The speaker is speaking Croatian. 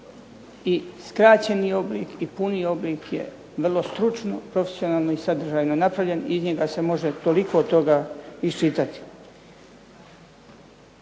i skraćeni oblik i puni oblik je vrlo stručno, profesionalno i sadržajno napravljen, iz njega se može toliko toga iščitati.